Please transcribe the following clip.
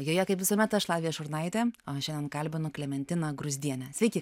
joje kaip visuomet aš lavija šurnaitė o šiandien kalbinu klementiną gruzdienę sveiki